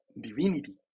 divinity